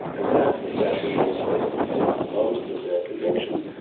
and that's the statute under which they have obtained most of their convictions.